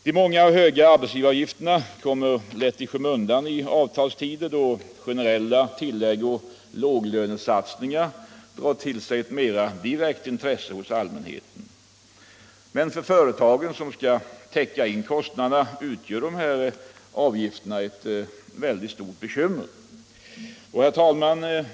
De många och höga arbetsgivaravgifterna kommer lätt i skymundan i avtalstider, då generella tillägg och låglönesatsningar drar till sig ett mer direkt intresse hos allmänheten. För företagen, som skall täcka in kostnaderna, utgör dock avgifterna ett mycket stort bekymmer. Herr talman!